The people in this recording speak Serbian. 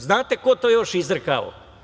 Znate li ko je to još izrekao?